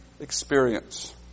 experience